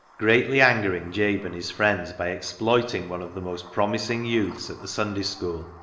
greatly angering jabe and his friends by exploiting one of the most promising youths at the sunday school,